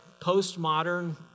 postmodern